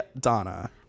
Donna